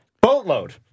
Boatload